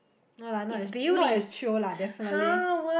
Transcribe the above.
no lah not as not as chio lah definitely